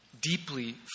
deeply